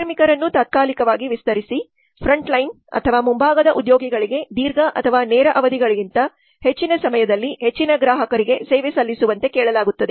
ಕಾರ್ಮಿಕರನ್ನು ತಾತ್ಕಾಲಿಕವಾಗಿ ವಿಸ್ತರಿಸಿ ಫ್ರಂಟ್ಲೈನ್ ಮುಂಭಾಗದ ಉದ್ಯೋಗಿಗಳಿಗೆ ದೀರ್ಘ ಅಥವಾ ನೇರ ಅವಧಿಗಳಿಗಿಂತ ಹೆಚ್ಚಿನ ಸಮಯದಲ್ಲಿ ಹೆಚ್ಚಿನ ಗ್ರಾಹಕರಿಗೆ ಸೇವೆ ಸಲ್ಲಿಸುವಂತೆ ಕೇಳಲಾಗುತ್ತದೆ